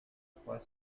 trois